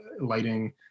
lighting